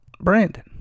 Brandon